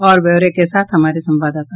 और ब्यौरे के साथ हमारे संवाददाता